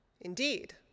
Indeed